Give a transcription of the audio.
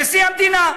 נשיא המדינה.